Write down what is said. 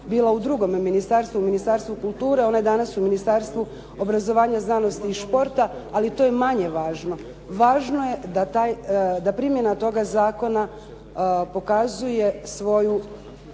bila u drugome ministarstvu, u Ministarstvu kulture, ona je danas u Ministarstvu obrazovanja, znanosti i športa, ali to je manje važno. Važno je da primjena toga zakona pokazuje svoju